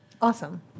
Awesome